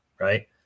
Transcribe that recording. Right